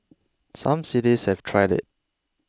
some cities have tried it